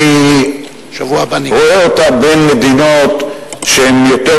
אני רואה אותה בין מדינות שהן יותר,